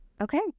Okay